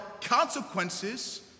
consequences